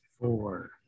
four